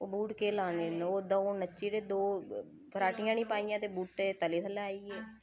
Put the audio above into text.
ओह् बूट केह् लाने ओह् दो नच्ची ते दो फराटियां निं पाइयां ते बूटै दे तले थल्लै आई गे